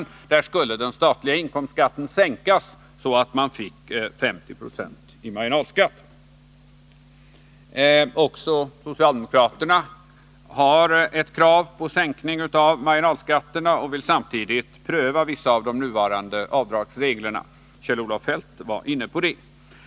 För dessa skulle den statliga inkomstskatten sänkas så att man fick 50 procents marginalskatt. Också socialdemokraterna har ett krav på sänkning av marginalskatterna, och 'de vill samtidigt pröva vissa av de nuvarande avdragsreglerna. Kjell-Olof Feldt var inne på det.